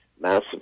massive